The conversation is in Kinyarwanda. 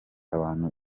abantu